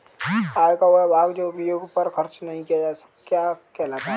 आय का वह भाग जो उपभोग पर खर्च नही किया जाता क्या कहलाता है?